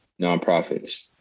nonprofits